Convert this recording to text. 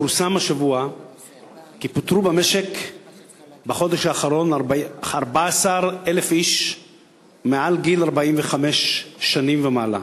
פורסם השבוע כי פוטרו במשק בחודש האחרון 14,000 איש מגיל 45 שנים ומעלה.